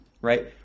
right